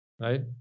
Right